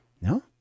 no